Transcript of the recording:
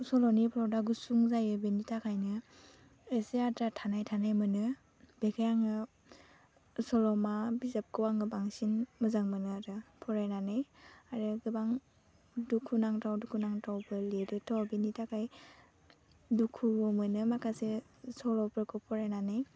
सल'नि प्लटआ गुसुं जायो बेनि थाखायनो एसे आद्रा थानाय थानाय मोनो बेखाय आङो सल'मा बिजाबखौ आङो बांसिन मोजां मोनो आरो फरायनानै आरो गोबां दुखुनांथाव दुखुनांथावबो लिरोथ' बेनि थाखाय दुखुबो मोनो माखासे सल'फोरखौ फरायनानै